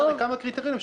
יש הרי כמה קריטריונים.